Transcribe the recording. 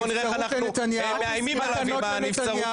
בוא נראה איך אנחנו מאיימים עליו עם הנבצרות הזאת.